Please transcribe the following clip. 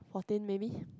fourteen maybe